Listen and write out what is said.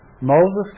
Moses